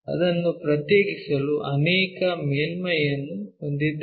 ಅದನ್ನು ಪ್ರತ್ಯೇಕಿಸಲು ಅನೇಕ ಮೇಲ್ಮೈಗಳನ್ನು ಹೊಂದಿದ್ದೇವೆ